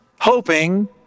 hoping